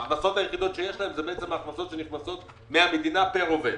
ההכנסות היחידות שיש להם זה ההכנסות שנכנסות מהמדינה פר עובד.